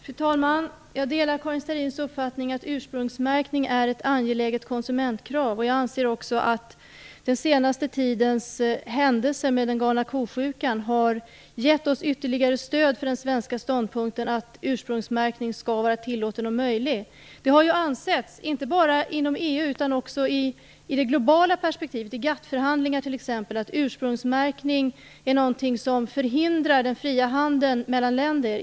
Fru talman! Jag delar Karin Starrins uppfattning att ursprungsmärkning är ett angeläget konsumentkrav. Jag anser också att den senaste tidens händelser med "galna ko-sjukan" har givit oss ytterligare stöd för den svenska ståndpunkten att ursprungsmärkning skall vara tillåten och möjlig. Det har ansetts, inte bara inom EU utan också i det globala perspektivet, t.ex. inom GATT, att ursprungsmärkning är någonting som förhindrar den fria handeln mellan länder.